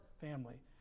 family